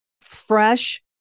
fresh